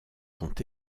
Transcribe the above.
sont